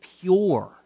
pure